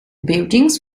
buildings